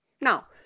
Now